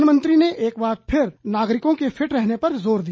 प्रधानमंत्री ने एक बार फिर नागरिकों के फिट रहने पर जोर दिया